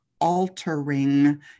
altering